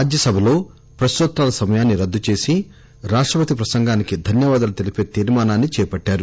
రాజ్యసభలో ప్రక్స్తోత్తరాల సమయాన్ని రద్దుచేసి రాష్టపతి ప్రసంగానికి ధన్యవాదాలు తెలిపే తీర్మానాన్ని చేపట్టారు